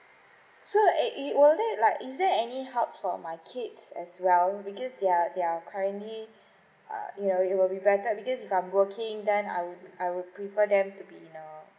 so it will there like is there any help for my kids as well because they're they are currently uh you know it would be better rather because if I'm working then um I would prefer them to be you know